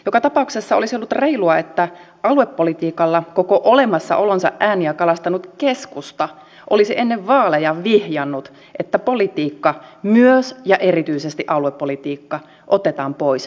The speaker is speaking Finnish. joka tapauksessa olisi ollut reilua että aluepolitiikalla koko olemassaolonsa ajan ääniä kalastanut keskusta olisi ennen vaaleja vihjannut että politiikka myös ja erityisesti aluepolitiikka otetaan pois liikennepolitiikasta